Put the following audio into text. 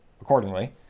accordingly